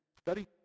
Study